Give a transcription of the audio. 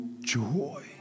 joy